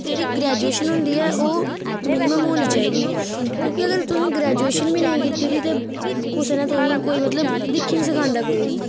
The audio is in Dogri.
जेह्ड़ी ग्रैजुएशन हुंदी ऐ ओह् मिनीमम होनी चाहिदी क्योंकि अगर तूं ग्रैजुएशन बी नेई कीती दी ते कुसै ने तुसेंगी कोई मतलब दिक्खी नी सखांदा कोई